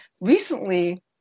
recently